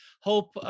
hope